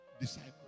Disciple